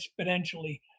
exponentially